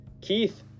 Keith